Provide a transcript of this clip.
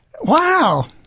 Wow